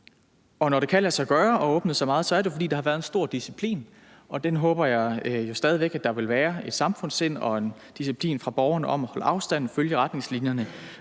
Når det kan lade sig gøre at åbne så meget, er det jo, fordi der har været en stor disciplin, og jeg håber, at der stadig væk vil være et samfundssind og en disciplin fra borgernes side med hensyn til at holde afstand og følge retningslinjerne.